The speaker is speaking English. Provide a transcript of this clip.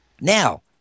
Now